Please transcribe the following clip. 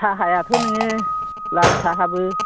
साहायाथ' नोङो लाल साहाबो